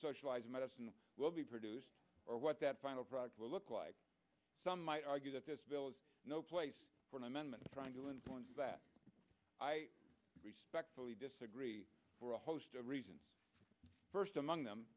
socialized medicine will be produced or what that final product will look like some might argue that this bill is no place for an amendment trying to influence that i respectfully disagree for a host of reasons first among them